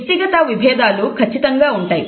వ్యక్తిగత విభేదాలు ఖచ్చితంగా ఉంటాయి